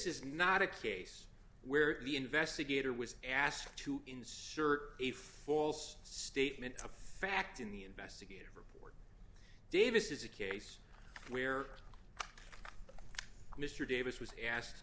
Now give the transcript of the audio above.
is not a case where the investigator was asked to insert a false statement of fact in the investigator davis is a case where mr davis was asked